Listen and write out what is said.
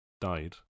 died